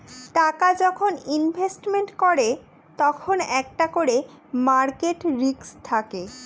টাকা যখন ইনভেস্টমেন্ট করে তখন একটা করে মার্কেট রিস্ক থাকে